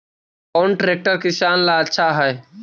कौन ट्रैक्टर किसान ला आछा है?